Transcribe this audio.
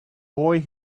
boy